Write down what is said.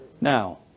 Now